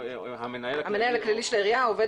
לכתוב המנהל הכללי של העירייה או עובד